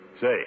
Say